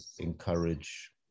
encourage